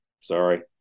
Sorry